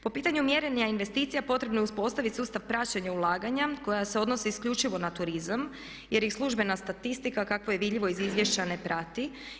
Po pitanju mjerenja investicija potrebno je uspostaviti sustav praćenja ulaganja koja se odnose isključivo na turizam jer ih službena statistika kakva je vidljivo iz izvješća ne prati.